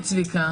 לצערי.